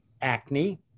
acne